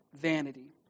vanity